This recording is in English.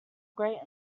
great